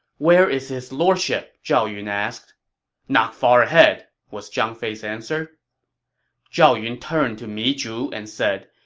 where is his lordship? zhao yun asked not far ahead, was zhang fei's answer zhao yun turned to mi zhu and said,